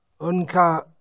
Unka